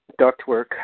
ductwork